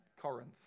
Corinth